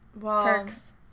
Perks